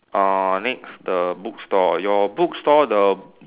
uh next the bookstore your bookstore the